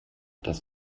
dass